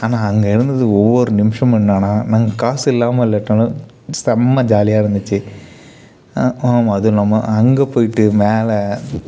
ஆனால் அங்கே இருந்தது ஒவ்வொரு நிமிஷமும் என்னென்னா நாங்கள் காசு இல்லாமல் இல்லாட்டினாலும் செம்ம ஜாலியாக இருந்துச்சு ஆமாம் அதுவும் இல்லாமல் அங்கே போயிவிட்டு மேலே